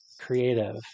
creative